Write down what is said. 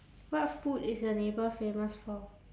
what food is your neighbour famous for